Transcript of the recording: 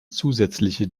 zusätzliche